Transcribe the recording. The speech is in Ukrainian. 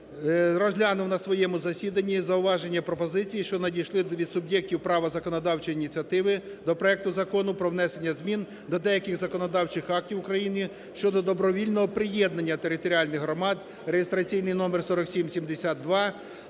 розглянув на своєму засіданні зауваження і пропозиції, що надійшли від суб'єктів права законодавчої ініціативи до проекту Закону про внесення змін до деяких законодавчих актів України (щодо добровільного приєднання територіальних громад) (реєстраційний номер 4772),